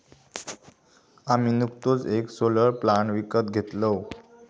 आम्ही नुकतोच येक सोलर प्लांट विकत घेतलव